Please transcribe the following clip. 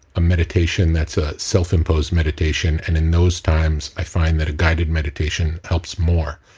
a meditation that's a self-imposed meditation. and in those times, i find that a guided meditation helps more.